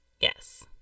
Yes